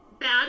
bad